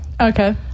Okay